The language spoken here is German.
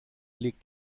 legt